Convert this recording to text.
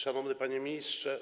Szanowny Panie Ministrze!